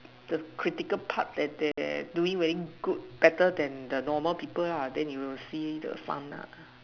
the critical part that there are doing very good better than the normal people la then you will see the fun ah